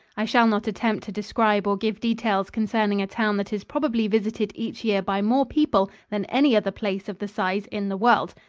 i shall not attempt to describe or give details concerning a town that is probably visited each year by more people than any other place of the size in the world.